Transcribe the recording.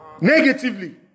negatively